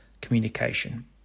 communication